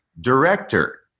Director